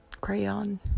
crayon